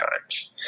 times